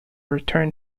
return